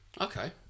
Okay